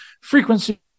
frequency